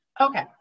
okay